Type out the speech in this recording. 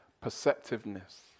perceptiveness